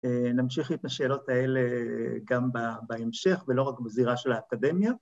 ‫נמשיך לפני שאלות האלה גם בהמשך ‫ולא רק בזירה של האקדמיה.